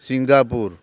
Singapore